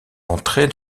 entrer